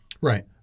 Right